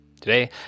Today